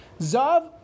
Zav